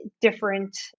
different